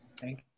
Thank